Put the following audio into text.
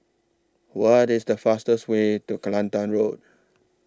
What IS The fastest Way to Kelantan Road